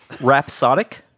Rhapsodic